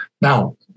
Now